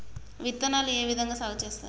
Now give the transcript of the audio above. విత్తనాలు ఏ విధంగా సాగు చేస్తారు?